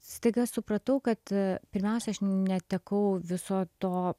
staiga supratau kad pirmiausia aš netekau viso to